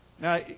Now